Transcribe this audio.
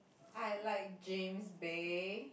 I like James-Bay